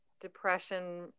depression